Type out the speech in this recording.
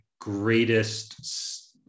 greatest